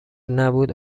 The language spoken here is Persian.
نبود